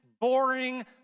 boring